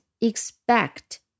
expect